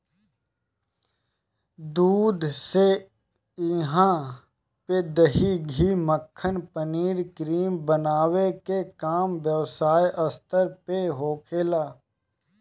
दूध से इहा पे दही, घी, मक्खन, पनीर, क्रीम बनावे के काम व्यवसायिक स्तर पे होखेला